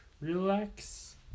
relax